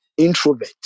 Introvert